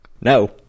No